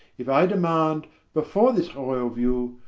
if i demand before this royall view,